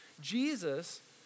Jesus